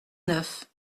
neuf